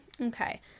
okay